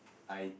I